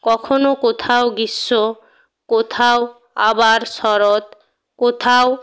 কখনও কোথাও গ্রীষ্ম কোথাও আবার শরৎ কোথাও